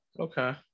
okay